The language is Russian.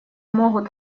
могут